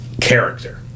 character